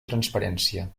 transparència